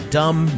dumb